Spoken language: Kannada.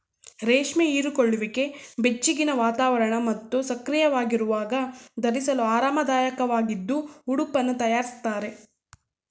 ರೇಷ್ಮೆ ಹೀರಿಕೊಳ್ಳುವಿಕೆ ಬೆಚ್ಚಗಿನ ವಾತಾವರಣ ಮತ್ತು ಸಕ್ರಿಯವಾಗಿರುವಾಗ ಧರಿಸಲು ಆರಾಮದಾಯಕವಾಗಿದ್ದು ಉಡುಪನ್ನು ತಯಾರಿಸ್ತಾರೆ